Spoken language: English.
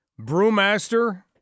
brewmaster